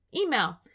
email